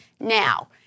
Now